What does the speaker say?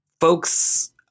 folks